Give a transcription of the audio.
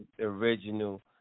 original